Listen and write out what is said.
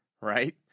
Right